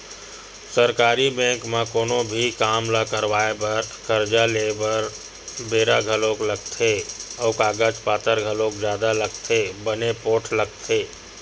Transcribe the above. सरकारी बेंक म कोनो भी काम ल करवाय बर, करजा लेय बर बेरा घलोक लगथे अउ कागज पतर घलोक जादा लगथे बने पोठ लगथे